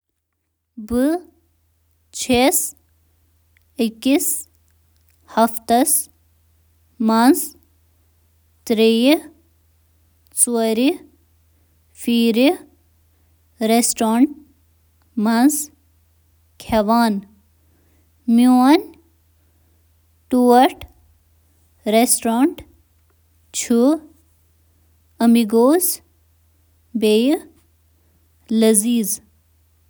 بہٕ چھُس ہفتَس منٛز واریٛاہ لَٹہِ کھٮ۪وان تہٕ میٲنۍ پسنٛدیٖدٕ رٮ۪سٹرٛورَنٛٹ چھِ ممی مہربٲنی کٔرِتھ ، آب آبشار تہٕ باقٕے ۔